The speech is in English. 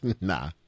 Nah